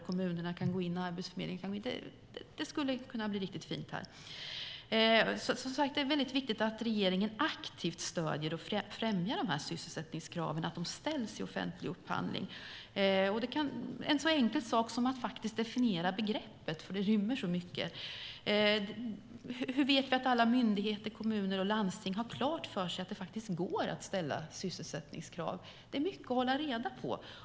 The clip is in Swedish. Kommunerna och Arbetsförmedlingen kan också gå in. Det skulle kunna bli riktigt fint. Det är viktigt att regeringen aktivt stöder och främjar att sysselsättningskraven ställs i offentlig upphandling. Det kan handla om en sådan enkel sak som att definiera begreppet. Det rymmer nämligen så mycket. Hur vet vi att alla myndigheter, kommuner och landsting har klart för sig att det går att ställa sysselsättningskrav? Det är mycket att hålla reda på.